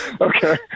Okay